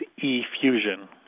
E-fusion